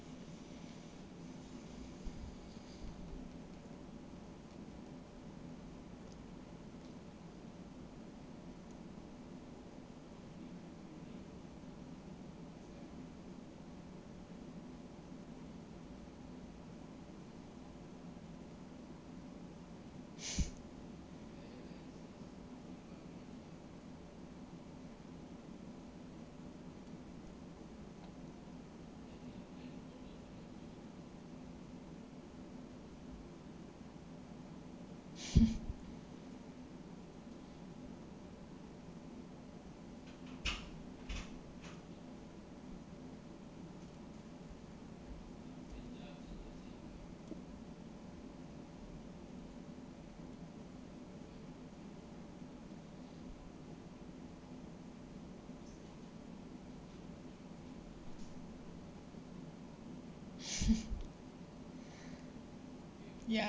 ya